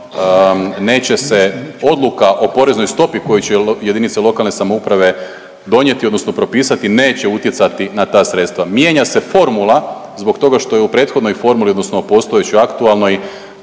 neće se odluka o poreznoj stopi koju će jedinica lokalne samouprave donijeti odnosno propisati, neće utjecati na ta sredstva. Mijenja se formula zbog toga što je u prethodnoj formuli, odnosno postojećoj, aktualnoj,